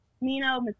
Mino